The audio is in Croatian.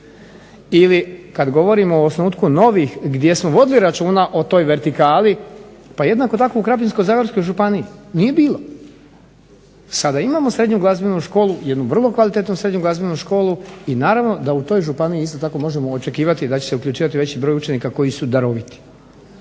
Ili kad govorimo o osnutku novih gdje smo vodili računa o toj vertikali pa jednako tako u Krapinsko-zagorskoj županiji nije bilo, sada imamo srednju glazbenu školu, jednu vrlo kvalitetnu srednju glazbenu školu i naravno da u toj županiji isto tako možemo očekivati da će se uključivati veći broj učenika koji su daroviti.